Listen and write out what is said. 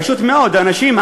פשוט מאוד האנשים,